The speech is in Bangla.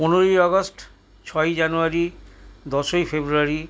পনেরোই আগস্ট ছয়ই জানুয়ারি দশই ফেব্রুয়ারি